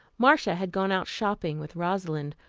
marcia had gone out shopping with rosalind,